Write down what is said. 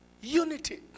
unity